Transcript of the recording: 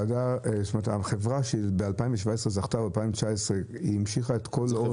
החברה שזכתה ב-2017 וב-2019 המשיכה לכל אורך